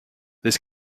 this